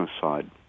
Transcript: side